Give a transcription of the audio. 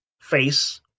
face